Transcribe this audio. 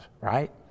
right